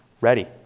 ready